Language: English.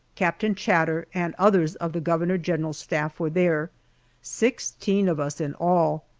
captain chater, and others of the governor general's staff were there sixteen of us in all.